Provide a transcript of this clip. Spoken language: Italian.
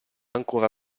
ancora